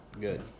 good